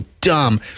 dumb